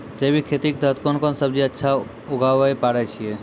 जैविक खेती के तहत कोंन कोंन सब्जी अच्छा उगावय पारे छिय?